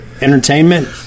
entertainment